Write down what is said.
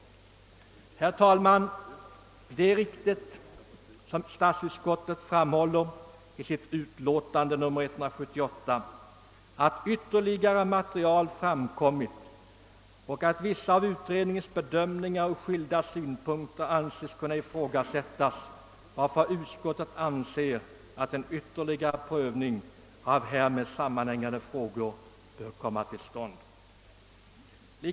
Herr talman! Det är riktigt som statsutskottet framhåller i sitt utlåtande nr 178 att ytterligare material framkommit och att vissa av utredningens bedömningar ur skilda synpunkter ansetts kunna ifrågasättas, varför utskottet anser att en ytterligare prövning av härmed sammanhängande frågor bör komma till stånd.